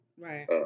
Right